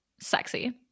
sexy